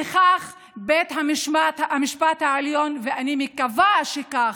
לכך בית המשפט העליון, אני מקווה שכך,